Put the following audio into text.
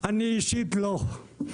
אני אישית לא,